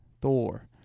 Thor